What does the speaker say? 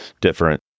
different